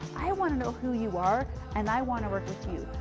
i want to know who you are and i want to work with you.